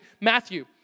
Matthew